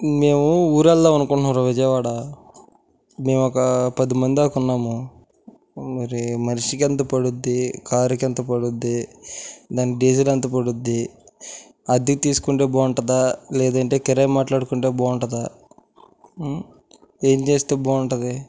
మేము ఊరు వెళదాము అనుకుంటున్నాము రా విజయవాడ మేము ఒక పదిమందిదాక ఉన్నాము మరి మనిషికి ఎంత పడుతుంది కారుకు ఎంత పడుతుంది దాని డీజిల్ ఎంత పడుతుంది అద్దెకు తీసుకుంటే బాగుంటుందా లేదంటే కిరాయి మాట్లాడుకుంటే బాగుంటుందా ఏం చేస్తే బాగుంటుంది